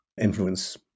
influence